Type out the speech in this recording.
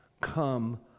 Come